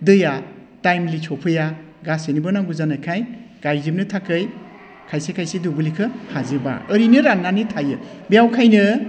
दैआ टाइमलि सौफैया गासैनोबो नांगौ जानायखाय गायजोबनो थाखाय खायसे खायसे दुब्लिखौ हाजोबा ओरैनो रान्नानै थायो बेनिखायनो